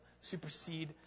Supersede